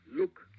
Look